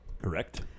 Correct